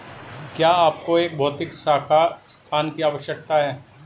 क्या आपको एक भौतिक शाखा स्थान की आवश्यकता है?